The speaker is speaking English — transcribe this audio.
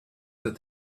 that